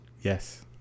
Yes